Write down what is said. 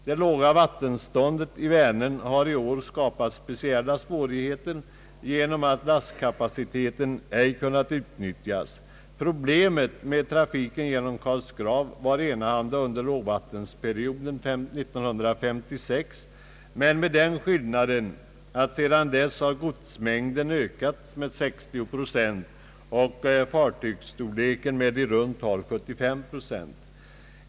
Det låga vattenståndet i Vänern har i år skapat speciella svårigheter genom att Jastkapaciteten ej kunnat utnyttjas. Problemet med trafiken genom Karlsgrav var enahanda under lågvattenperioden år 1956 men med den skillnaden att godsmängden sedan dess har ökat med 60 procent och fartygsstorleken med i runt tal 75 procent.